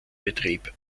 betrieb